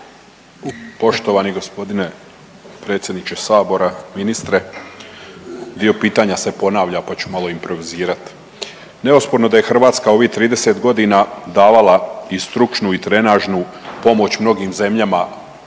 Poštovani g. predsjedniče sabora, ministre, dio pitanja se ponavlja, pa ću malo improvizirat. Neosporno je da je Hrvatska u ovih 30.g. davala i stručnu i trenažnu pomoć mnogim zemljama